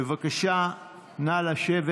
בבקשה לשבת.